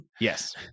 Yes